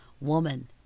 woman